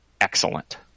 excellent